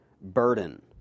burden